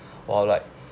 while like